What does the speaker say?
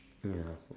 ya